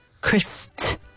Christ